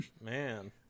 Man